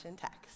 text